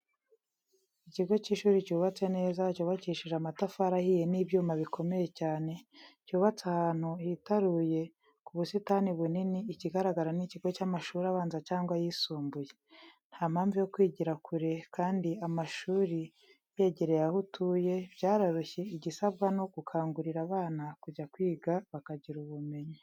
Ikigo cy'ishuri cyubatse neza cyubakishije amatafari ahiye n'ibyuma bikomeye cyane, cyubatse ahantu hitaruye ku busitani bunini ikigaragara ni ikigo cy'amashuri abanza cyangwa ayisumbuye. Nta mpamvu yo kwigira kure kandi amashuri yegereye aho utuye byaroroshye igisabwa ni ugukangurira abana kujya kwiga bakagira ubumenyi.